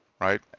right